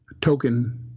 token